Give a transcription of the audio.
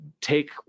take